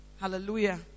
Hallelujah